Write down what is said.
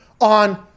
on